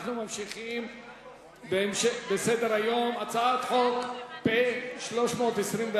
אנחנו ממשיכים בסדר-היום: הצעת חוק פ/324,